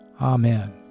Amen